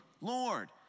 Lord